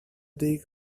dig